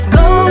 go